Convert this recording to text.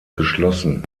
geschlossen